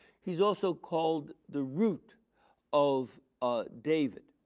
he is also called the root of ah david.